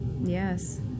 Yes